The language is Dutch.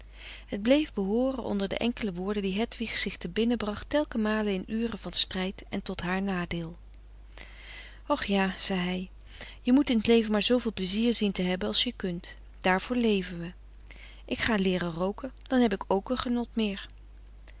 het bleef behooren onder de enkele woorden die hedwig zich te binnen bracht telken male in ure van strijd en tot haar nadeel och ja zei hij je moet in t leven maar zooveel pleizier zien te hebben als je kunt daarvoor leven we ik ga leeren rooken dan heb ik k een genot meer